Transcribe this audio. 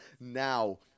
now